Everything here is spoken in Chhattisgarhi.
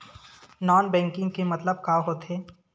नॉन बैंकिंग के मतलब का होथे?